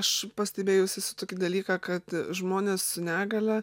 aš pastebėjus esu tokį dalyką kad žmonės su negalia